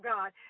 God